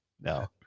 No